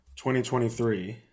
2023